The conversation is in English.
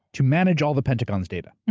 to manage all the pentagon's data? and